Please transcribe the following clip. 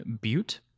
butte